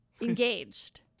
engaged